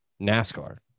NASCAR